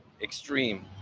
extreme